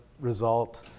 result